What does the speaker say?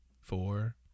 four